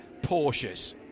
Porsches